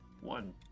one